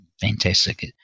fantastic